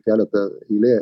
keletą eilė